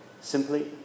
simply